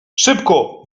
szybko